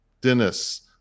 Dennis